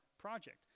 project